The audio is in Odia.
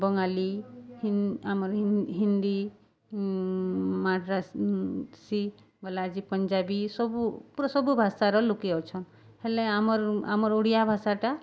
ବଙ୍ଗାଲି ହିନ୍ଦୀ ବାଲା ଆଜି ପଞ୍ଜାବୀ ସବୁ ପୁରା ସବୁ ଭାଷାର ଲୋକେ ଅଛନ୍ ହେଲେ ଆମର୍ ଆମର୍ ଓଡ଼ିଆ ଭାଷାଟା